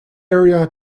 area